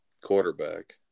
quarterback